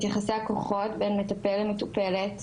את יחסי הכוחות בין מטפל למטופלת.